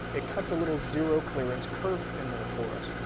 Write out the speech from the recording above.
it cuts a little zero clearance kerf in there for us,